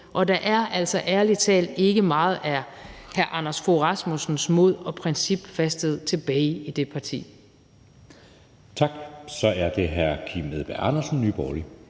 Og der er altså ærlig talt ikke meget af hr. Anders Fogh Rasmussens mod og principfasthed tilbage i det parti. Kl. 16:43 Anden næstformand (Jeppe Søe):